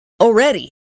already